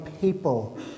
people